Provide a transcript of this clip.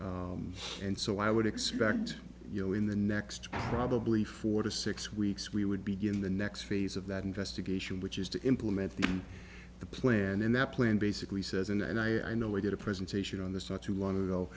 now and so i would expect you know in the next probably four to six weeks we would begin the next phase of that investigation which is to implement the the plan in that plan basically says and i i know we did a presentation on this not to